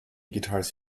guitars